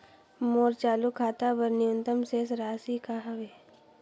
मोर चालू खाता बर न्यूनतम शेष राशि का हवे?